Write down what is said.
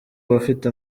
bafite